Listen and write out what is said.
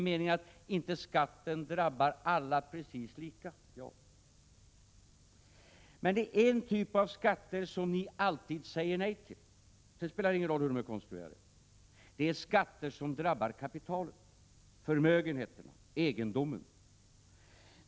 Men det är en typ av skatter som ni alltid säger nej till, sedan spelar det ingen roll hur de är konstruerade. Det är skatter som drabbar kapitalet, förmögenheterna, egendomen.